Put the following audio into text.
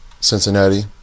Cincinnati